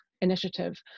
initiative